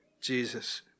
Jesus